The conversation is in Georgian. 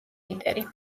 ლიდერი